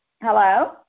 Hello